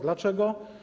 Dlaczego?